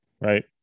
Right